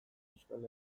euskal